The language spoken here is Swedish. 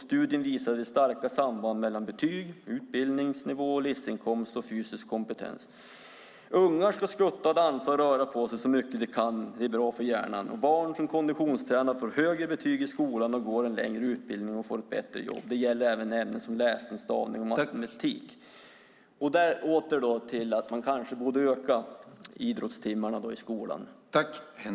Studien visade starka samband mellan betyg, utbildningsnivå, livsinkomst och fysisk kompetens. Ungar ska skutta, dansa och röra på sig så mycket de kan. Det är bra för hjärnan. Barn som konditionstränar får högre betyg i skolan, går längre utbildningar och får bättre jobb. Det gäller även ämnen som läsning, stavning och matematik. Man kanske borde öka antalet idrottstimmar i skolan?